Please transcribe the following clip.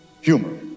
humor